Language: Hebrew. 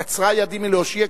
קצרה ידי מלהושיע,